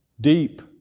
deep